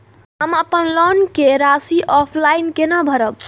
हम अपन लोन के राशि ऑफलाइन केना भरब?